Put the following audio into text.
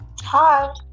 hi